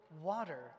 water